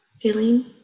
feeling